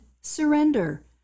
surrender